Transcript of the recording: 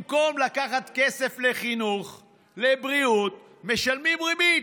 במקום לקחת כסף לחינוך ולבריאות, משלמים ריבית.